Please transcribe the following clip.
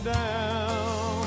down